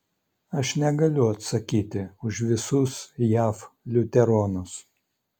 aš negaliu atsakyti už visus jav liuteronus